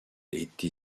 été